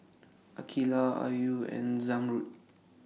Aqeelah Ayu and Zamrud